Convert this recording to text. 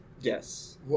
Yes